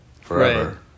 forever